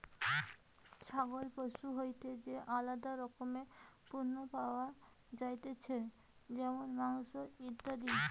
ছাগল পশু হইতে যে আলাদা রকমের পণ্য পাওয়া যাতিছে যেমন মাংস, ইত্যাদি